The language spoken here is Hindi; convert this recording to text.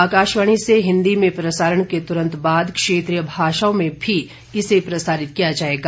आकाशवाणी से हिन्दी में प्रसारण के तुरंत बाद क्षेत्रीय भाषाओं में भी इसे प्रसारित किया जायेगा